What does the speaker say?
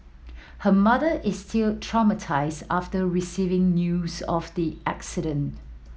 her mother is still traumatised after receiving news of the accident